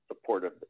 supportive